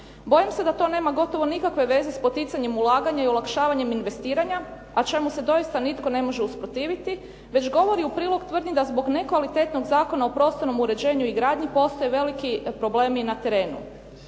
Bojim se da to nema gotovo nikakve veze s poticanjem ulaganja i olakšavanjem investiranja, a čemu se doista nitko ne može usprotiviti već govori u prilog tvrdnji da zbog nekvalitetnog Zakona o prostornom uređenju i gradnji postoje veliki problemi na terenu.